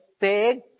big